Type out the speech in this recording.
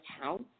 house